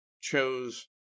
chose